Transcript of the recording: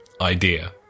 idea